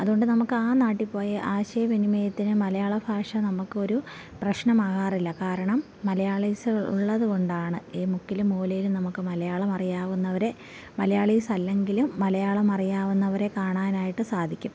അതുകൊണ്ട് നമുക്ക് ആ നാട്ടിൽ പോയി ആശയവിനിമയത്തിന് മലയാള ഭാഷ നമ്മൾക്കൊരു പ്രശ്നമാകാറില്ല കാരണം മലയാളീസ് ഉള്ളതുകൊണ്ടാണ് ഈ മുക്കിലും മൂലയിലും നമുക്ക് മലയാളം അറിയാവുന്നവരെ മലയാളീസ് അല്ലെങ്കിലും മലയാളം അറിയാവുന്നവരെ കാണാനായിട്ട് സാധിക്കും